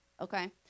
Okay